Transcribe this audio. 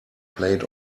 played